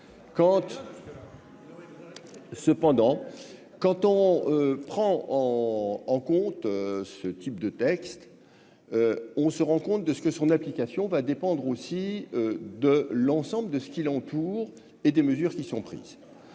Cependant, quand on prend en compte ce type de texte, on se rend compte de ce que son application va dépendre aussi de l'ensemble de ce qui l'entoure et des mesures qui sont prises,